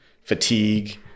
fatigue